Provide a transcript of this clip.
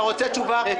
אתה רוצה תשובה?